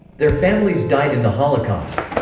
their families died in the holocaust.